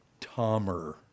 Tomer